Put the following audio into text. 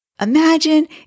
Imagine